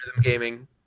gaming